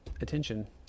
attention